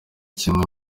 kimwe